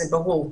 זה ברור.